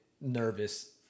nervous